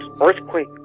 earthquake